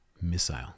missile